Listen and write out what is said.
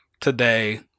today